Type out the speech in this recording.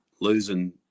losing